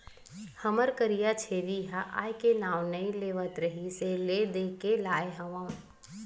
हमर करिया छेरी ह घर आए के नांव नइ लेवत रिहिस हे ले देके लाय हँव